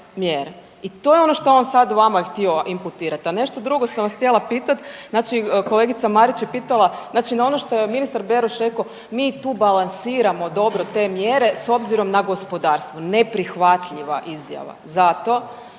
I to je ono što je on sada vama htio imputirati. A nešto drugo sam vas htjela pitati, znači kolegica Marić je pitala, znači na ono što je ministar Beroš rekao mi tu balansiramo dobro te mjere, s obzirom na gospodarstvo. Neprihvatljiva izjava zato